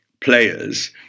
players